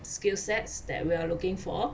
skill sets that we're looking for